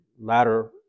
latter